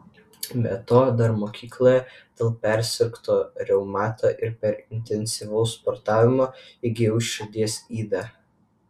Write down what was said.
be to dar mokykloje dėl persirgto reumato ir per intensyvaus sportavimo įgijau širdies ydą